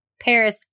Paris